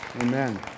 Amen